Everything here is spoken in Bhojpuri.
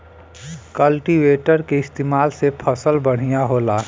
कल्टीवेटर के इस्तेमाल से फसल बढ़िया होला